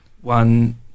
one